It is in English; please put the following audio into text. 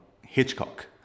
Hitchcock